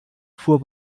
fuhr